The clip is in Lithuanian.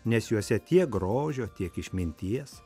nes juose tiek grožio tiek išminties